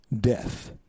death